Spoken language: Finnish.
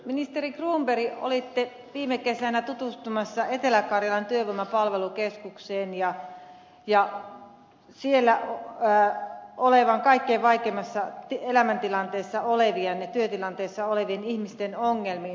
ministeri cronberg olitte viime kesänä tutustumassa etelä karjalan työvoimapalvelukeskukseen ja siellä kaikkein vaikeimmassa elämäntilanteessa ja työtilanteessa olevien ihmisten ongelmiin